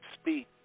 speak